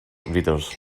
readers